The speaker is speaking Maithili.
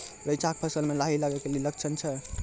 रैचा के फसल मे लाही लगे के की लक्छण छै?